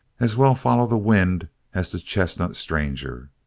as well follow the wind as the chestnut stranger.